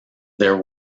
there